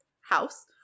house